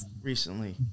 recently